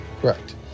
Correct